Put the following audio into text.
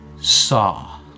saw